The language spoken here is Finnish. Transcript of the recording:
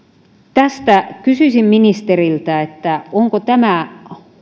tästä kysyisin ministeriltä onko tämä